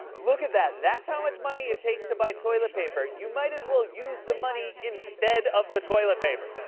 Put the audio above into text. look at that. that's how much money it takes to buy toilet paper. you might as well use the money instead of the toilet paper.